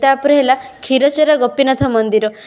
ତା'ପରେ ହେଲା କ୍ଷୀରଚୋରା ଗୋପୀନାଥ ମନ୍ଦିର